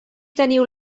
teniu